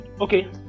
Okay